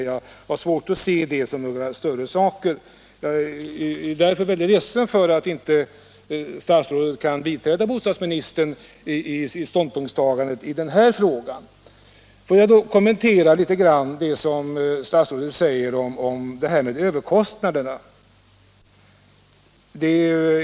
Jag har svårt att se det som några större saker. Jag är ledsen över att statsrådet inte kan biträda bostadsministerns uppfattning i den här frågan. Låt mig kommentera vad statsrådet säger om överkostnaderna.